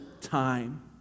time